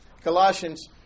Colossians